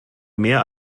mehr